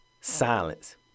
silence